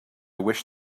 wish